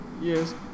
yes